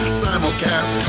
simulcast